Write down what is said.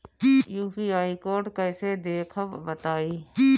UPI code कैसे देखब बताई?